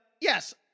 yes